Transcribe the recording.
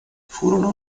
furono